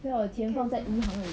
then 我钱放在银行里